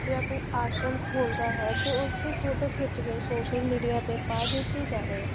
ਜਾਂ ਕੋਈ ਆਸ਼ਰਮ ਖੋਲਦਾ ਹੈ ਜੇ ਉਸਦੀ ਫੋਟੋ ਖਿੱਚ ਕੇ ਸੋਸ਼ਲ ਮੀਡੀਆ 'ਤੇ ਪਾ ਦਿੱਤੀ ਜਾਵੇ